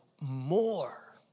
more